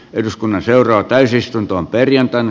eduskunnan seuraa täysistuntoon perjantaina